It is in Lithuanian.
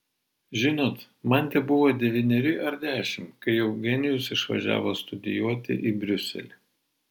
žinot man tebuvo devyneri ar dešimt kai eugenijus išvažiavo studijuoti į briuselį